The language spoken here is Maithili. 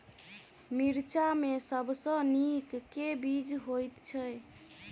मिर्चा मे सबसँ नीक केँ बीज होइत छै?